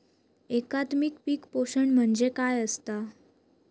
एकात्मिक पीक पोषण म्हणजे काय असतां?